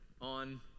on